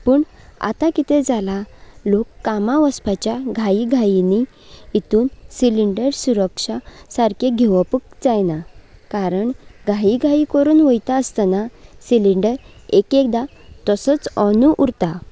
पूण आतां कितें जालां लोक कामा वसपाच्या घाई घाईंनी हितू सिलिंडर सुरक्षा सारकें घेवपूक जायना कारण घाई घाई करून वयता आसतना सिलिंडर एक एकदां तसोच ऑनू उरता